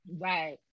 right